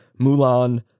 Mulan